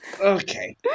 Okay